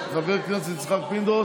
חבר הכנסת יצחק פינדרוס.